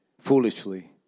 foolishly